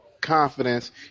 confidence